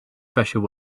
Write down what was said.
pressure